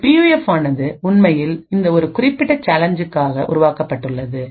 இந்த பியூஎஃப்ஆனதுஉண்மையில் இந்த ஒரு குறிப்பிட்ட சேலஞ்சுக்காக உருவாக்கப்பட்டது